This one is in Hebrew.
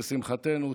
לשמחתנו,